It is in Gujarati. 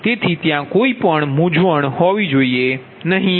તેથી ત્યાં કોઈ મૂંઝવણ હોવી જોઈએ નહીં